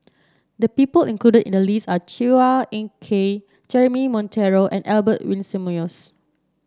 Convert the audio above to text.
the people included in the list are Chua Ek Kay Jeremy Monteiro and Albert Winsemius